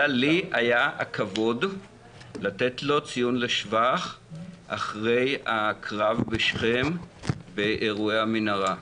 אלא לי היה הכבוד לתת לו צל"ש אחרי הקרב בשכם באירועי המנהרה.